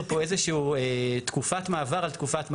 פה איזה שהיא תקופת מעבר על תקופת מעבר.